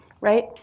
right